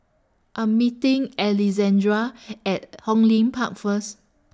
I'm meeting Alejandra At Hong Lim Park First